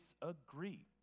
disagree